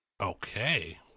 okay